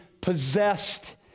possessed